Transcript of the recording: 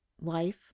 wife